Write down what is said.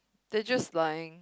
they're just lying